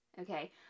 okay